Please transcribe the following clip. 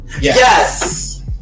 Yes